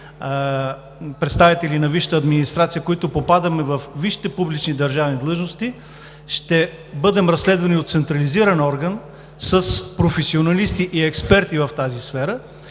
представители на висшата администрация, които попадаме във висшите публични държавни длъжности, ще бъдем разследвани от централизиран орган с професионалисти и експерти в тази сфера.